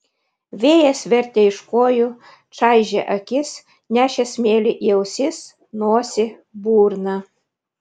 vėjas vertė iš kojų čaižė akis nešė smėlį į ausis nosį burną